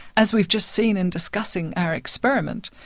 as we've just seen in discussing our experiment,